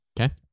Okay